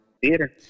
theater